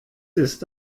ist